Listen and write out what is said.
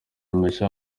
mushya